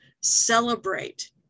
celebrate